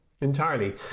Entirely